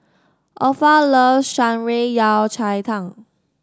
Opha loves Shan Rui Yao Cai Tang